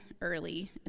Early